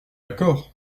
accord